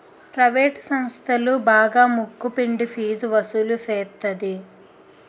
private సంస్థలు బాగా ముక్కు పిండి ఫీజు వసులు సేత్తది